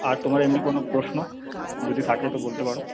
আর তোমার এমনি কোনো প্রশ্ন যদি থাকে তো বলতে পারো